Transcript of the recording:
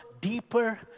deeper